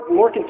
more